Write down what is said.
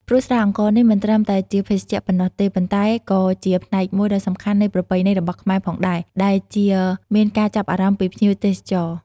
ព្រោះស្រាអង្ករនេះមិនត្រឹមតែជាភេសជ្ជៈប៉ុណ្ណោះទេ ប៉ុន្តែក៏ជាផ្នែកមួយដ៏សំខាន់នៃប្រពៃណីរបស់ខ្មែរផងដែរ ដែលជាមានការចាប់អារម្មណ៏ពីភ្ញៀវទេសចរណ៍។